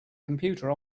computer